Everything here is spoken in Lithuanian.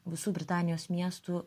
visų britanijos miestų